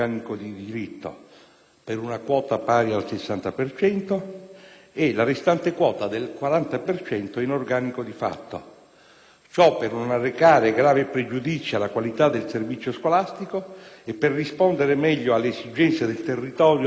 per una quota pari al 60 per cento, e la restante quota del 40 per cento in organico di fatto; ciò, per non arrecare grave pregiudizio alla qualità del servizio scolastico e per rispondere meglio alle esigenze del territorio, nonché per avere